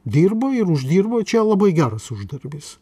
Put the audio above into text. dirbo ir uždirba čia labai geras uždarbis